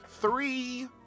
three